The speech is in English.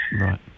Right